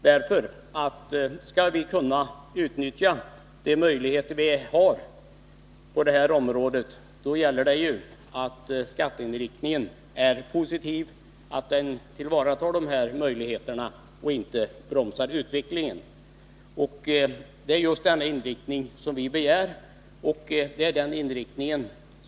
Om vi skall kunna utnyttja de möjligheter vi har på detta område gäller det att se till att skatteinriktningen är positiv och tillvaratar dessa möjligheter och inte bromsar utvecklingen. Det är just denna skatteinriktning som vi har krävt.